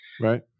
right